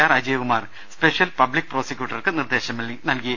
R Ajayakumar special public പ്രൊസിക്യൂട്ടർക്ക് നിർദേശം നൽകി